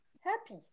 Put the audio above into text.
happy